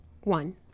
One